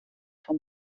von